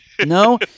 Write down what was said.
No